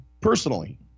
personally